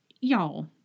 Y'all